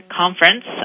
conference